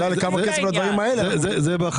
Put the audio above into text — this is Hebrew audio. כמה כסף לדברים האלה צריך?